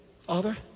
Father